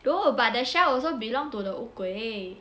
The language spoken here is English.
no but the shell also belong to the 乌龟